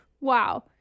wow